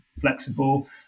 flexible